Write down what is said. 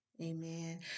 Amen